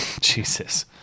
Jesus